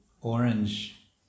orange